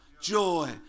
joy